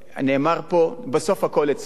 בסוף הכול אצלנו.